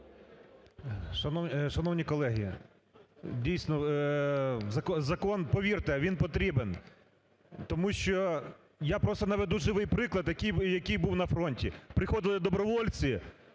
Шановні колеги, дійсно, закон, повірте, він потрібен тому що я просто наведу живий приклад, який був на фронті. Приходили добровольці,